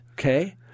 Okay